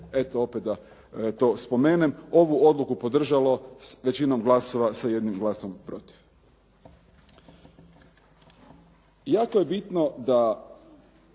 eto opet da to spomenem ovu odluku podržalo s većinom glasova sa jednim glasom protiv. Jako je bitno da